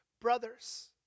Brothers